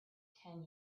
ten